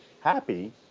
happy